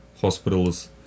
hospitals